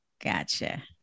Gotcha